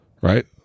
right